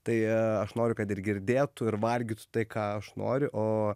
tai aš noriu kad ir girdėtų ir valgytų tai ką aš noriu o